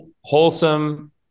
wholesome